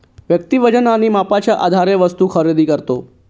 व्यक्ती वजन आणि मापाच्या आधारे वस्तू खरेदी करतो